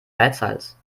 geizhals